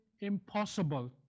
impossible